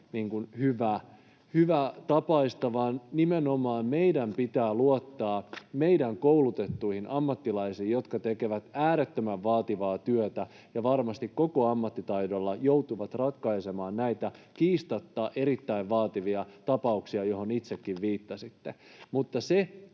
hyvätapaista, vaan meidän nimenomaan pitää luottaa meidän koulutettuihin ammattilaisiin, jotka tekevät äärettömän vaativaa työtä ja varmasti koko ammattitaidollaan joutuvat ratkaisemaan näitä kiistatta erittäin vaativia tapauksia, mihin itsekin viittasitte. Mutta se,